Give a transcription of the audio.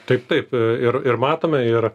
taip taip ir ir matome ir